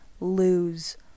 lose